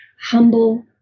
humble